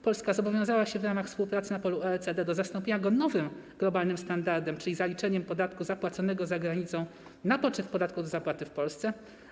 Polska zobowiązała się w ramach współpracy na polu OECD do zastąpienia go nowym globalnym standardem, czyli zaliczeniem podatku zapłaconego za granicą na poczet podatków do zapłaty w Polsce.